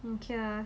okay lah